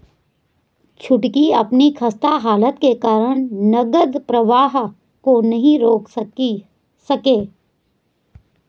छुटकी अपनी खस्ता हालत के कारण नगद प्रवाह को नहीं रोक सके